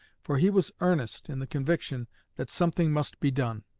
for he was earnest in the conviction that something must be done.